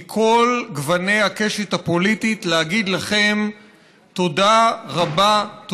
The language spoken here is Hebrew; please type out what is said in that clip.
מכל גוני הקשת הפוליטית, להגיד לכם תודה רבה.